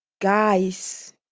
guys